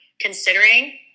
considering